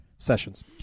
Sessions